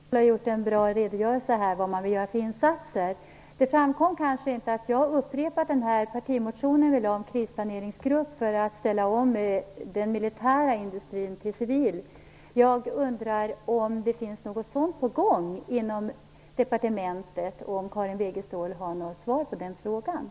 Fru talman! Karin Wegestål har gett en bra redogörelse för vad man vill göra för insatser. Det framkom kanske inte att jag har upprepat den partimotion som vi har väckt om en krisplaneringsgrupp för omställning av den militära industrin till civil industri. Har Karin Wegestål något svar på frågan om det är något sådant förslag på gång i departementet?